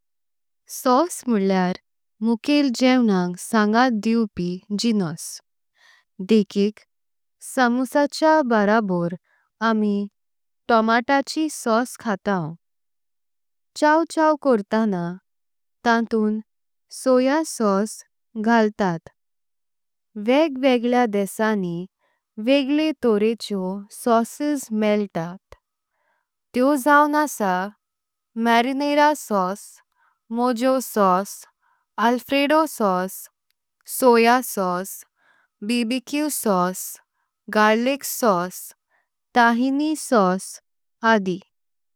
सॉस म्हणल्येर मुकल जेवण्नांक संगत दिवपी जिन्नस। देखिक समोशाचें बाराबोर आमी टोमाटाचि सॉस खातांव। चव चव करताना तांतून सोया सॉस घाटात वगे वग्गलें। देशांनीं वग्गलें तोंरेच्यो सॉसस मेल्तात तेयो जाऊं आसा। Marinara sauce, mojo sauce, alfredo sauce, soya sauce. BBQ sauce, garlic sauce, tahini sauce, आदि।